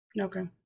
Okay